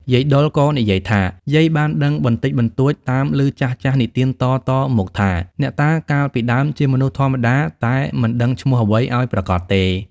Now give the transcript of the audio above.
យាយដុលក៏និយាយថា យាយបានដឹងបន្តិចបន្តួច តាមឮចាស់ៗនិទានតៗមកថា អ្នកតាកាលពីដើមជាមនុស្សធម្មតា តែមិនដឹងឈ្មោះអ្វីឲ្យប្រាកដទេ។